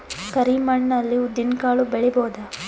ಕರಿ ಮಣ್ಣ ಅಲ್ಲಿ ಉದ್ದಿನ್ ಕಾಳು ಬೆಳಿಬೋದ?